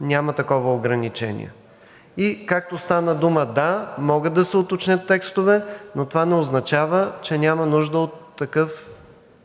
няма такова ограничение. И както стана дума, да, могат да се уточнят текстове, но това не означава, че няма нужда от такъв